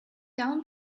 down